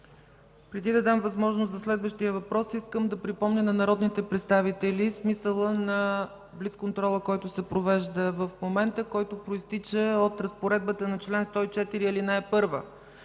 Преди да дам възможност за следващия въпрос, искам да припомня на народните представители смисъла на блицконтрола, който се провежда в момента, произтичащ от разпоредбата на чл. 104, ал. 1: „В